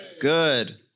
Good